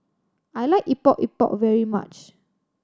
I like Epok Epok very much